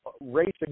racing